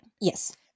Yes